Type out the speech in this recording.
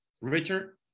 Richard